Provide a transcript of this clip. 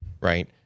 right